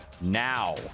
now